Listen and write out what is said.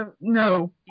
No